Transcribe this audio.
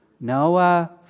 Noah